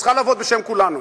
שצריכה לעבוד בשם כולנו.